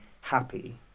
happy